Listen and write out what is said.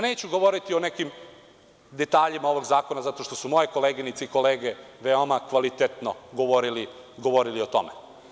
Neću govoriti o nekim detaljima ovog zakona zato što su moje koleginice i kolege veoma kvalitetno govorili o tome.